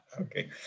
Okay